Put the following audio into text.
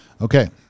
Okay